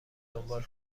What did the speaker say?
دنبال